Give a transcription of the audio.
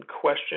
question